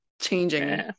changing